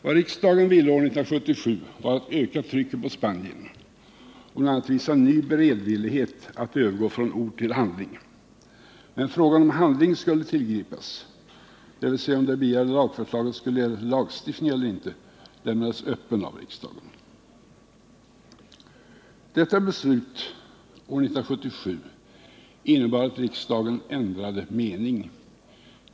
Vad riksdagen ville år 1977 var att öka trycket på Sydafrika och bl.a. visa en ny beredvillighet att övergå från ord till handling. Men frågan om huruvida handling skulle tillgripas, dvs. om det begärda lagförslaget skulle leda till lagstiftning, lämnades öppen av riksdagen. Detta beslut år 1977 innebar att riksdagen ändrade mening.